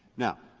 now,